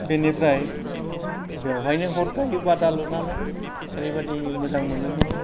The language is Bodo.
बेनिफ्राय बेयावनो हर थायो बादा लुनानै ओरैबादि मोजां मोनोमोन